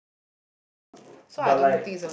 ya but like